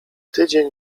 tydzień